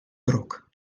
drok